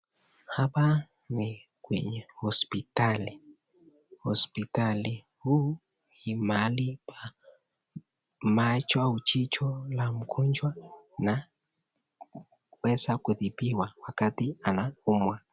Hapa ni kwenye hospitali, hospitali huu ni mahali ya macho au jicho la mgonjwa, anaweza kutibiwa wakati anaumwa.